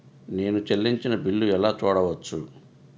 నేను చెల్లించిన బిల్లు ఎలా చూడవచ్చు?